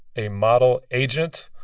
a model agent,